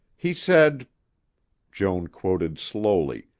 he said joan quoted slowly,